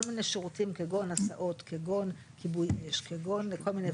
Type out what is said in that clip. כל מיני שירותים כגון: הסעות, כיבוי אש וכל מיני.